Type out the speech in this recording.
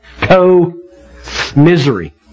Co-misery